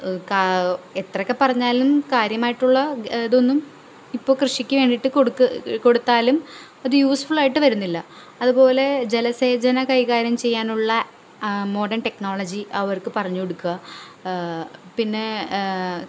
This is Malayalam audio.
കാ എത്രയൊക്കെ പറഞ്ഞാലും കാര്യമായിട്ടുള്ള ഇതൊന്നും ഇപ്പോൾ കൃഷിക്ക് വേണ്ടിയിട്ട് കൊടുത്താലും അത് യൂസ്ഫുൾ ആയിട്ട് വരുന്നില്ല അതുപൊലെ ജലസേചനം കൈകാര്യം ചെയ്യാനുള്ള മോഡേൺ ടെക്നോളജി അവർക്ക് പറഞ്ഞ് കൊടുക്കുക പിന്നേ